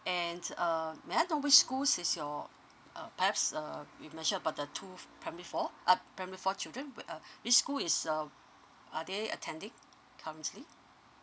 and uh may I know which school is your uh perhaps uh you mentioned about the two primary four uh primary four children but uh which school is uh are they attending currently